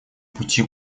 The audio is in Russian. пути